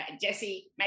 Jesse